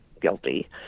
guilty